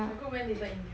my group went little india